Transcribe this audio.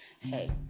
hey